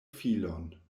filon